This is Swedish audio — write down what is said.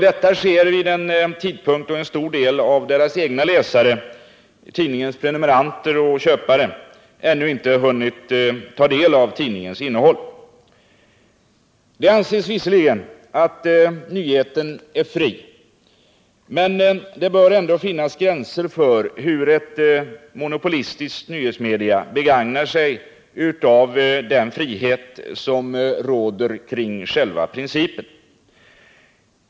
Detta sker vid en tidpunkt på dagen då en stor del av deras egna läsare — tidningarnas prenumeranter och lösnummerköpare — ännu inte hunnit ta del av tidningens innehåll. Det anses visserligen att nyheten är fri, men det bör ändå finnas gränser för hur ett monopolistiskt nyhetsmedium begagnar sig av den frihet som råder kring själva principen.